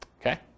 Okay